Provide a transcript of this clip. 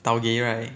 taugeh right